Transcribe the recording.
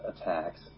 attacks